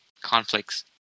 conflicts